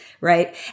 right